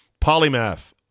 Polymath